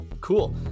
Cool